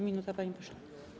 Minuta, panie pośle.